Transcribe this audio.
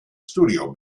studio